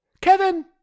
Kevin